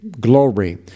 glory